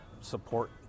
support